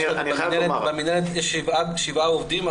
במינהלת יש 7 עובדים,